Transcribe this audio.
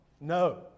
No